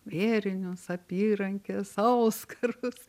vėrinius apyrankes auskarus